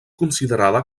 considerada